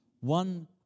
one